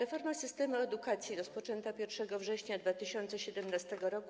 Reforma systemu edukacji rozpoczęta 1 września 2017 r.